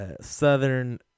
Southern